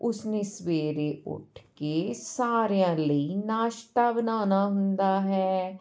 ਉਸਨੇ ਸਵੇਰੇ ਉੱਠ ਕੇ ਸਾਰਿਆਂ ਲਈ ਨਾਸ਼ਤਾ ਬਣਾਉਣਾ ਹੁੰਦਾ ਹੈ